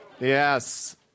Yes